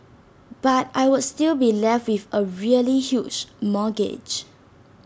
but I would still be left with A really huge mortgage